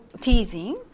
teasing